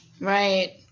right